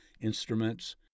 instruments